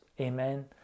Amen